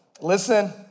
listen